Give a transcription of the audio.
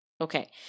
Okay